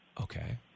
Okay